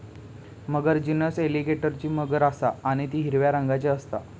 मगर genus एलीगेटरची मगर असा आणि ती हिरव्या रंगाची असता